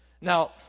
Now